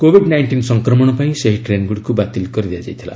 covid nineteen ସଂକ୍ରମଣ ପାଇଁ ସେହି ଟ୍ରେନ୍ଗୁଡ଼ିକୁ ବାତିଲ କରିଦିଆଯାଇଥିଲା